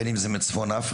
בין אם זה מצפון אפריקה,